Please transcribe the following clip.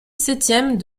septième